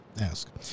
ask